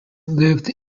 lived